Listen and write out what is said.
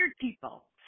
people